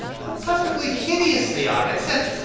how perfectly hideous they are! except,